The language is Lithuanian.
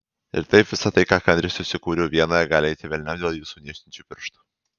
ir taip visa tai ką kantriai susikūriau vienoje gali eiti velniop dėl jūsų niežtinčių pirštų